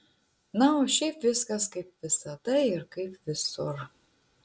na o šiaip viskas kaip visada ir kaip visur